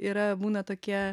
yra būna tokie